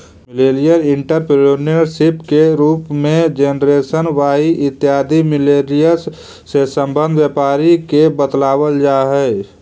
millennial entrepreneurship के रूप में जेनरेशन वाई इत्यादि मिलेनियल्स् से संबंध व्यापारी के बतलावल जा हई